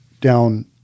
down